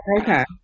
okay